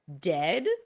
dead